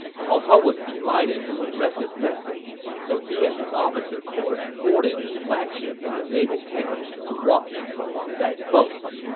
cao cao was delighted when he read this message. so he and his officer corps boarded his flagship in the naval camp to watch for huang gai's boats